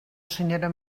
senyora